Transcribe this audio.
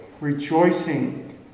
rejoicing